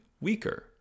weaker